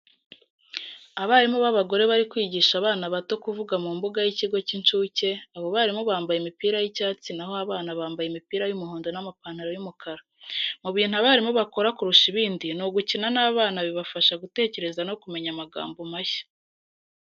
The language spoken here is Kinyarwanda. Abarimu b'abagore bari kwigisha abana bato kuvuga mu mbuga y'ikigo cy'incuke, abo barimu bambaye imipira y'icyatsi na ho abana bambaye imipira y'umuhondo n'amapantaro y'umukara. Mu bintu abarimu bakora kurusha ibindi ni ugukina n'abana bibafasha gutekereza no kumenya amagambo mashya.